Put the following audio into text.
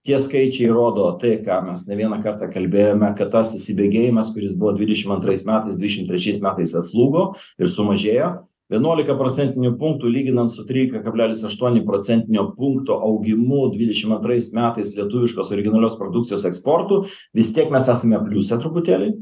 tie skaičiai rodo tai ką mes ne vieną kartą kalbėjome kad tas įsibėgėjimas kuris buvo dvidešimt antrais metais dvidešimt trečiais metais atslūgo ir sumažėjo vienuolika procentinių punktų lyginant su trylika kablelis aštuoni procentinio punkto augimu dvidešimt antrais metais lietuviškos originalios produkcijos eksportu vis tiek mes esame pliuse truputėlį